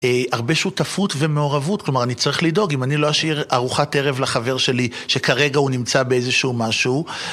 הרבה שותפות ומעורבות, כלומר אני צריך לדאוג אם אני לא אשאיר ארוחת ערב לחבר שלי שכרגע הוא נמצא באיזשהו משהו